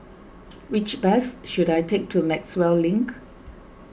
which bus should I take to Maxwell Link